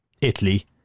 Italy